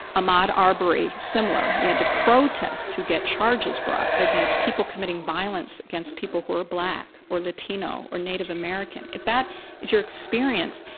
ahmaud arbery, very similar, you had to protest to get charges brought against people committing violence against people who are black or latino or native american. if that is your experience,